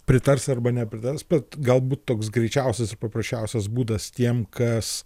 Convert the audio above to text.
pritars arba nepritars bet galbūt toks greičiausias ir paprasčiausias būdas tiem kas